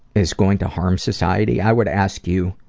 is going to harm society i would ask you